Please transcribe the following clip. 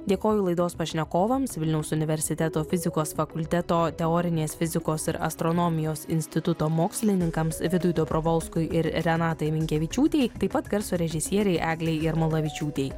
dėkoju laidos pašnekovams vilniaus universiteto fizikos fakulteto teorinės fizikos ir astronomijos instituto mokslininkams vidui dobrovolskui ir renatai minkevičiūtei taip pat garso režisierei eglei jarmolavičiūtei